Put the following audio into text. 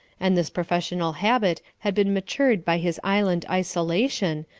and this professional habit had been matured by his island-isolation,